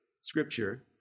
Scripture